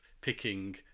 picking